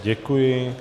Děkuji.